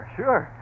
sure